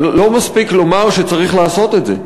לא מספיק לומר שצריך לעשות את זה.